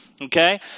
Okay